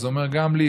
אז הוא אומר: גם לי,